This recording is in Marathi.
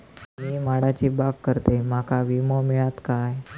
मी माडाची बाग करतंय माका विमो मिळात काय?